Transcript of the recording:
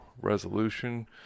resolution